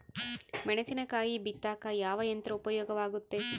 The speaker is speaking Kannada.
ಮೆಣಸಿನಕಾಯಿ ಬಿತ್ತಾಕ ಯಾವ ಯಂತ್ರ ಉಪಯೋಗವಾಗುತ್ತೆ?